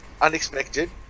unexpected